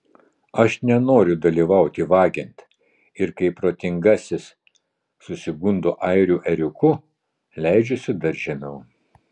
aš nenoriu dalyvauti vagiant ir kai protingasis susigundo airių ėriuku leidžiuosi dar žemiau